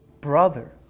brother